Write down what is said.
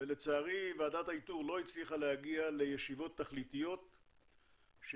ולצערי ועדת האיתור לא הצליחה להגיע לישיבות תכליתיות שיגיעו